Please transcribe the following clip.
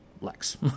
Lex